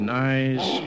nice